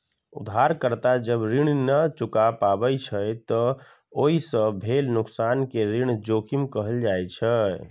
उधारकर्ता जब ऋण नै चुका पाबै छै, ते ओइ सं भेल नुकसान कें ऋण जोखिम कहल जाइ छै